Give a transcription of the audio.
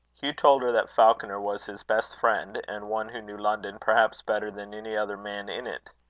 hugh told her that falconer was his best friend, and one who knew london perhaps better than any other man in it.